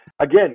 Again